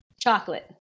chocolate